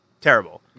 terrible